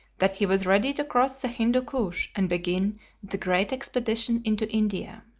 that he was ready to cross the hindu koosh and begin the great expedition into india.